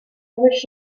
wish